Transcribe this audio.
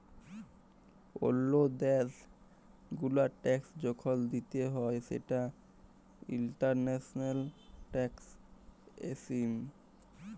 ওল্লো দ্যাশ গুলার ট্যাক্স যখল দিতে হ্যয় সেটা ইন্টারন্যাশনাল ট্যাক্সএশিন